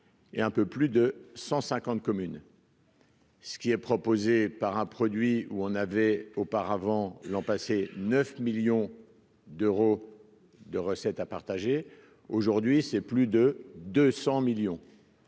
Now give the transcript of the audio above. et un peu plus de 150 communes. Ce qui est proposé par un produit où on avait auparavant l'an passé 9 millions d'euros de recettes à partager aujourd'hui c'est plus de 200 millions